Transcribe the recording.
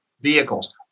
vehicles